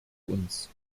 uns